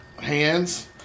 hands